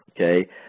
Okay